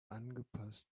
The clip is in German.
angepasst